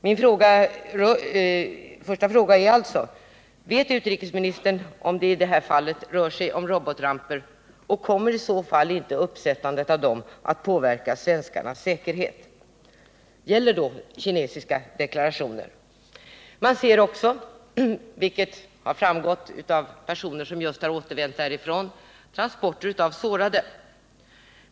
Min första fråga är alltså: Vet utrikesministern om det i det här fallet rör sig om robotramper, och kommer i så fall inte uppsättandet av dem att påverka svenskarnas säkerhet? Gäller då kinesiska deklarationer? Man ser också i Bai Bang, vilket framgått av vad personer som just återvänt därifrån har sagt, transporter av sårade.